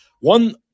one